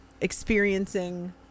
experiencing